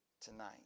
tonight